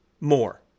more